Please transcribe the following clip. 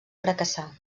fracassar